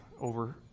over